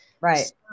right